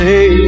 Say